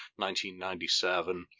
1997